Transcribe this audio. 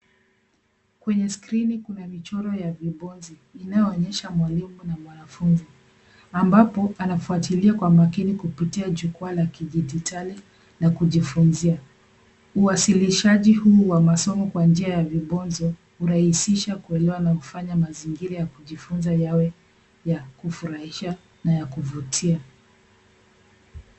Kwenye skrini kuna michoro ya vibonzo inayoonyesha mwalimu na mwanafunzi ambapo anafuatilia kwa makini kupitia jukwa la kidijitali na kujifunzia. Uwasilishaji huu wa masomo kwa njia ya vibonzo hurahisisha kuelewa na hufanya mazingira ya kujifunza yawe ya kufurahisha na ya kuvutia.